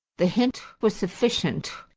the hint was sufficient.